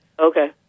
Okay